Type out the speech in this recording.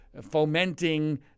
fomenting